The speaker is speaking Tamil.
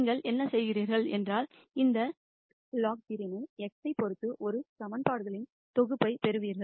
நீங்கள் என்ன செய்கிறீர்கள் என்றால் இந்த லக்ராஜியனை x ஐப் பொறுத்து ஒரு சமன்பாடுகளின் தொகுப்பைப் பெறுவீர்கள்